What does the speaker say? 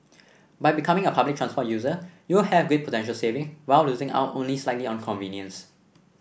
by becoming a public transport user you will have great potential savings while losing out only slightly on convenience